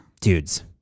dudes